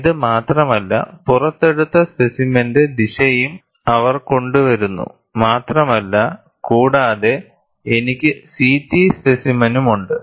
ഇത് മാത്രമല്ല പുറത്തെടുത്ത സ്പെസിമെനിന്റെ ദിശയും അവർ കൊണ്ടുവരുന്നു മാത്രമല്ല കൂടാതെ എനിക്ക് CT സ്പെസിമെനുമുണ്ട്